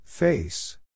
Face